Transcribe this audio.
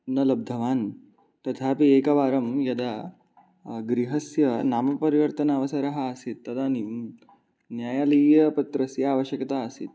न लब्धवान् तथापि एकवारं यदा गृहस्य नामपरिवर्तनावसरः आसीत् तदानीं न्यायालयीयपत्रस्य आवश्यकता आसीत्